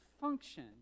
function